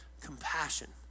Compassion